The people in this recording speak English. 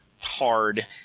hard